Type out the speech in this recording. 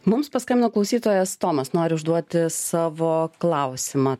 mums paskambino klausytojas tomas nori užduoti savo klausimą